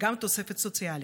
וגם תוספת סוציאלית?